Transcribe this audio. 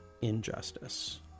injustice